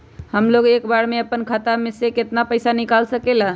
हमलोग एक बार में अपना खाता से केतना पैसा निकाल सकेला?